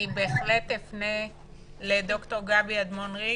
אני בהחלט אפנה לד"ר גבריאלה שרה אדמון ריק.